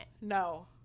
No